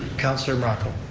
councilor morocco.